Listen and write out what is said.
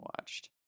watched